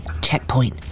Checkpoint